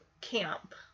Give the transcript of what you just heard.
camp